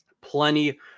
plenty